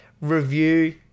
review